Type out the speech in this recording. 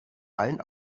allen